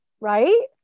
right